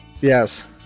Yes